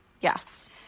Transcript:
Yes